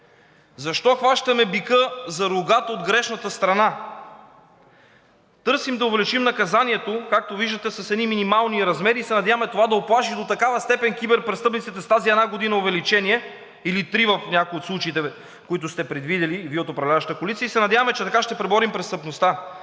Защо хващаме бика за рогата от грешната страна? Търсим да увеличим наказанието – както виждате, с едни минимални размери, и се надяваме това да уплаши до такава степен киберпрестъпниците с тази една година увеличение или три в някои от случаите, които Вие от управляващата коалиция сте предвидили, и се надяваме, че така ще преборим престъпността.